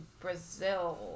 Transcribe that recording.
Brazil